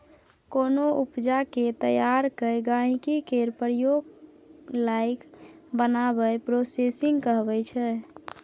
कोनो उपजा केँ तैयार कए गहिंकी केर प्रयोग लाएक बनाएब प्रोसेसिंग कहाबै छै